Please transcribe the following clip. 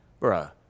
bruh